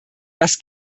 das